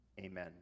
amen